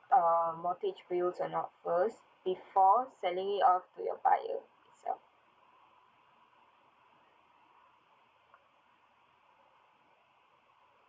um mortgage bills or not first before selling it off to your buyer itself